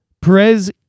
Perez